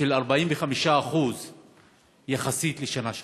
של 45% יחסית לשנה שעברה.